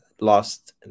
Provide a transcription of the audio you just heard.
lost